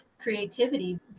creativity